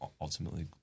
ultimately